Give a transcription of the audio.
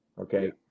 Okay